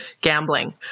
gambling